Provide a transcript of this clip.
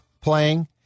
playing